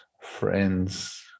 friends